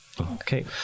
Okay